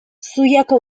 zuiako